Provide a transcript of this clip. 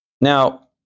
Now